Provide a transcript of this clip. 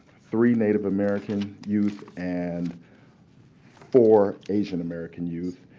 three native american youth and four asian-american youth.